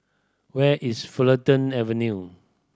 where is Fulton Avenue